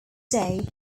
day